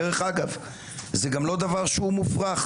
דרך אגב, זה גם לא דבר שהוא מופרך.